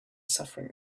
suffering